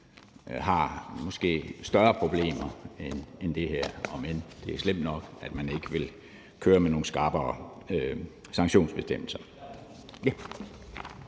har større problemer end det her, om end det er slemt nok, at man ikke vil køre med nogle skarpere sanktionsbestemmelser.